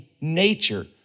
nature